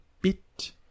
bit